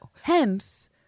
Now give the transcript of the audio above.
hence